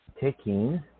taking